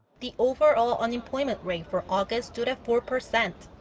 the overall unemployment rate for august stood at four-percent,